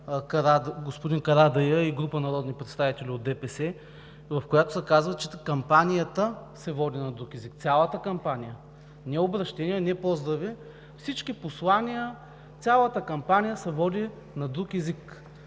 господин Карадайъ и група народни представители, в което се казва, че кампанията се води на друг език – цялата кампания, не обръщение, не поздрави, всички послания, цялата кампания се води на друг език